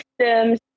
systems